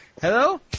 Hello